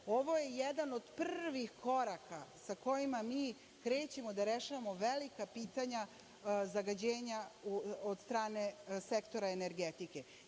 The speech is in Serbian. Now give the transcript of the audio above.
Ovo je jedan od prvih koraka kojim mi krećemo da rešavamo velika pitanja zagađenja od strane sektora energetike.